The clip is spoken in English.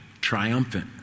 triumphant